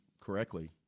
correctly